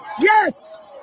Yes